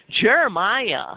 Jeremiah